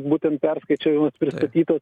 būtent perskaičiavimas pristatytas